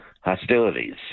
hostilities